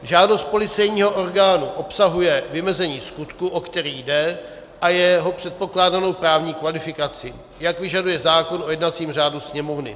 Žádost policejního orgánu obsahuje vymezení skutku, o který jde, a jeho předpokládanou právní kvalifikaci, jak vyžaduje zákon o jednacím řádu Sněmovny.